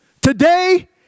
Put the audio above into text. today